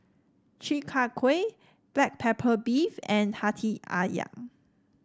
Chi Kak Kuih Black Pepper Beef and hati ayam